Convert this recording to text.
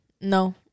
No